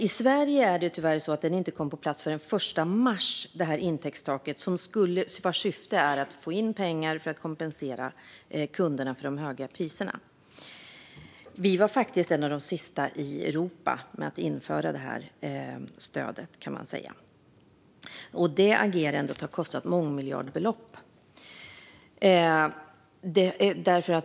I Sverige kom detta intäktstak, vars syfte är att få in pengar för att kompensera kunderna för de höga priserna, tyvärr inte på plats förrän den 1 mars. Vi var faktiskt bland de sista i Europa med att införa detta stöd. Det agerandet har kostat mångmiljardbelopp.